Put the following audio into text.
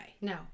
No